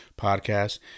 podcast